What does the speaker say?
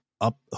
up